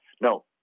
No